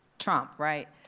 trump, right?